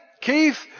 Keith